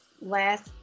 last